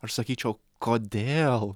aš sakyčiau kodėl